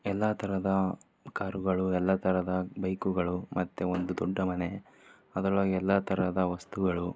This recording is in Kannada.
ಎಲ್ಲ ತರಹದ ಕಾರುಗಳು ಎಲ್ಲ ತರಹದ ಬೈಕುಗಳು ಮತ್ತು ಒಂದು ದೊಡ್ಡ ಮನೆ ಅದ್ರೊಳಗೆ ಎಲ್ಲ ತರಹದ ವಸ್ತುಗಳು